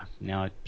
now